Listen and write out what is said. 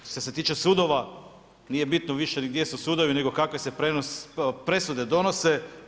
Što se tiče sudova, nije bitno više ni gdje su sudovi nego kakve se presude donose.